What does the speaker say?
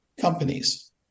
companies